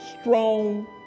strong